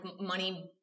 money